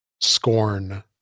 Scorn